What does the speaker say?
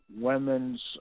women's